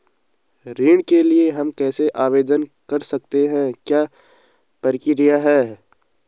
ऋण के लिए हम कैसे आवेदन कर सकते हैं क्या प्रक्रिया है?